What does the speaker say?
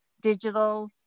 digital